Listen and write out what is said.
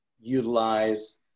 utilize